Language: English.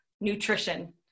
nutrition